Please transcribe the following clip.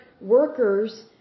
workers